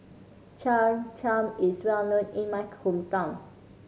Cham Cham is well known in my hometown